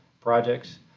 projects